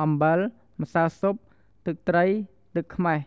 អំបិល ម្សៅស៊ុប ទឹកត្រី ទឹកខ្មះ។